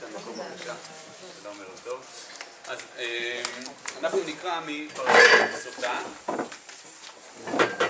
שלום ערב טוב, אז אנחנו נקרא מפרשת הסוטה,